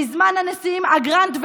בזמן הנשיאים אגרנט ולנדוי,